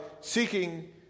seeking